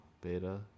beta